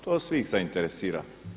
To svih zainteresira.